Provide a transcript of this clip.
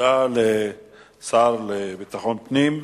תודה לשר לביטחון פנים.